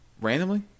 Randomly